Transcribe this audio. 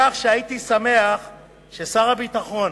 כך שהייתי שמח אם שר הביטחון